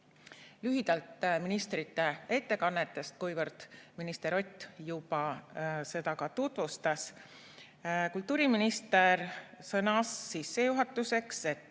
Lühidalt ministrite ettekannetest, minister Ott juba seda ka tutvustas. Kultuuriminister sõnas sissejuhatuseks, et